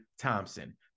Thompson